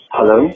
Hello